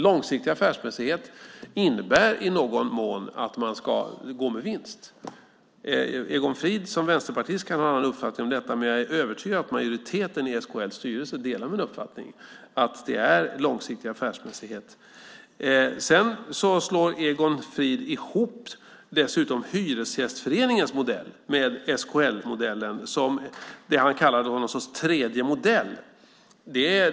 Långsiktig affärsmässighet innebär i någon mån att man ska gå med vinst. Egon Frid kan som vänsterpartist ha en annan uppfattning om detta, men jag är övertygad om att majoriteten i SKL:s styrelse delar min uppfattning att det ska vara långsiktig affärsmässighet. Dessutom slår Egon Frid ihop Hyresgästföreningens modell med SKL-modellen, som han kallar för någon sorts tredje modell.